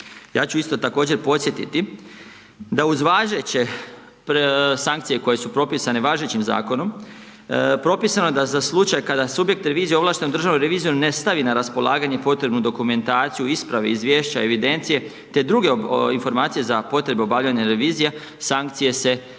Ja ću isto također podsjetiti da uz važeće sankcije koje su propisane važećim zakonom, propisano je da za slučaj kada subjekt revizije ovlašten Državnu reviziju ne stavi na raspolaganje potrebnu dokumentaciju o ispravi, izvješća, evidencije, te druge informacije za potrebe obavljanje revizija, sankcije se stavljaju